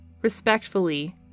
Respectfully